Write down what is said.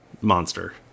monster